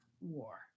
war